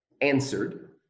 answered